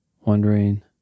wondering